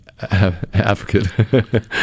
advocate